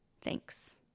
Thanks